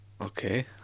Okay